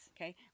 okay